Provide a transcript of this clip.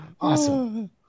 Awesome